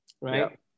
right